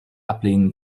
ablehnen